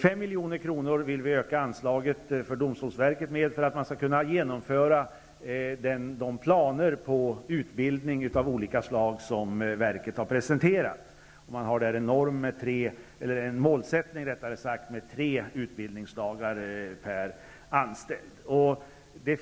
Vi vill öka anslaget för domstolsverket med 5 milj.kr. för att man skall kunna genomföra de planer på utbildning av olika slag som verket har presenterat. En målsättning är tre utbildningsdagar per anställd.